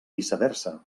viceversa